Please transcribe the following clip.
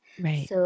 Right